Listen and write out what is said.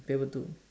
table two